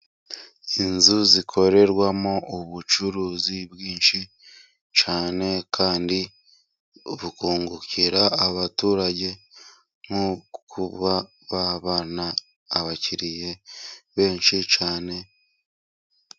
Inzu zikorerwamwo ubucuruzi bwinshi cyane kandi bukungukira abaturage nko kuba ba bana abakiriye benshi cyane.